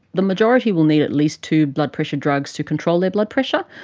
the majority will need at least two blood pressure drugs to control their blood pressure.